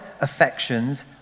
affections